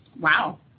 Wow